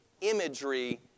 imagery